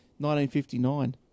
1959